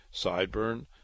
sideburn